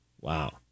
Wow